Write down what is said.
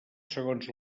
segons